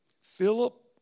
Philip